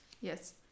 Yes